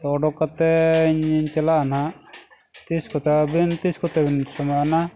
ᱛᱳ ᱩᱰᱩᱠ ᱠᱟᱛᱮᱫ ᱤᱧᱤᱧ ᱪᱟᱞᱟᱜᱼᱟ ᱱᱟᱦᱟᱜ ᱛᱤᱥ ᱠᱚᱛᱮ ᱟᱵᱤᱱ ᱛᱤᱥ ᱠᱚᱛᱮᱵᱤᱱ ᱥᱚᱢᱚᱭ ᱱᱟᱦᱟᱜ